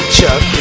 Chuck